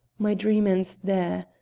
my dream ends there.